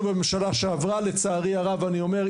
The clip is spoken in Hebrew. בממשלה שעברה לצערי הרב אני אומר,